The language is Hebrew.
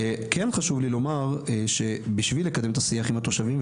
כן חשוב לי לומר שבשביל לקדם את השיח עם התושבים,